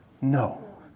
No